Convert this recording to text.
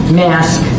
mask